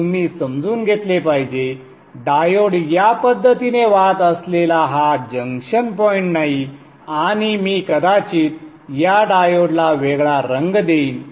हे तुम्ही समजून घेतले पाहिजे डायोड या पद्धतीने वाहत असलेला हा जंक्शन पॉईंट नाही आणि मी कदाचित या डायोडला वेगळा रंग देईन